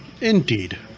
Indeed